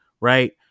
right